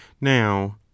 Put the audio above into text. now